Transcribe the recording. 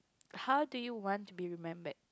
how do you want to be remembered